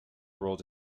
rolled